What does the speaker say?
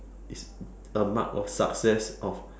is a mark of success of